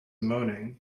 moaning